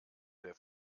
der